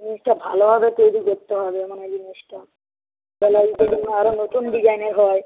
জিনিসটা ভালোভাবে তৈরি করতে হবে মানে জিনিসটা যেন নতুন ডিজাইনের হয়